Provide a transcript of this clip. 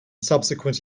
subsequent